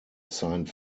signed